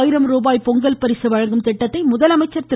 ஆயிரம் ரூபாய் சிறப்பு பரிசு தொகை வழங்கும் திட்டத்தை முதலமைச்சர் திரு